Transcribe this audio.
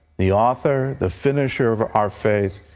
the author, the finisher of our faith,